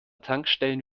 tankstellen